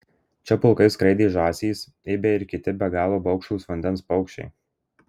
čia pulkais skraidė žąsys ibiai ir kiti be galo baugštūs vandens paukščiai